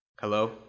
Hello